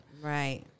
Right